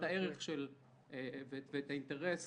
את הערך ואת האינטרס